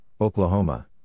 Oklahoma